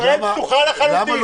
ישראל פתוחה לחלוטין,